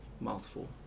Mouthful